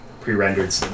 pre-rendered